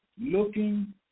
looking